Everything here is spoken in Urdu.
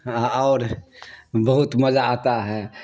اور بہت مزہ آتا ہے